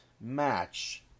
match